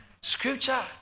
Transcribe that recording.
Scripture